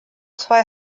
zwei